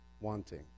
wanting